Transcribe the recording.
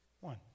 one